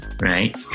Right